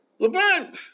LeBron